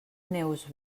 neus